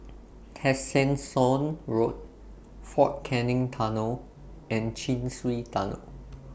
Tessensohn Road Fort Canning Tunnel and Chin Swee Tunnel